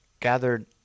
gathered